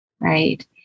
right